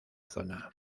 zona